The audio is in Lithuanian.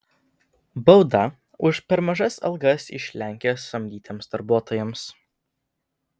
bauda už per mažas algas iš lenkijos samdytiems darbininkams